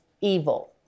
evil